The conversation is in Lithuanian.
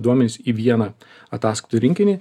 duomenys į vieną ataskaitų rinkinį